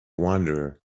wanderer